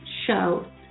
show